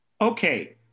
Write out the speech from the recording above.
Okay